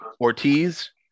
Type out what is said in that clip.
Ortiz